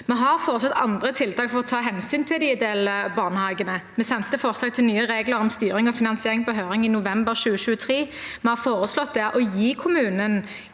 Vi har foreslått andre tiltak for å ta hensyn til de ideelle barnehagene. Vi sendte ut forslag til nye regler om styring og finansiering på høring i november 2023. Vi har der foreslått å gi kommunen